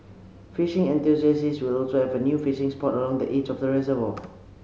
fishing enthusiasts will also have a new fishing spot along the edge of the reservoir